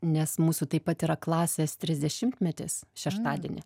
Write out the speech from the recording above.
nes mūsų taip pat yra klasės trisdešimtmetis šeštadienį